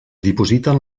dipositen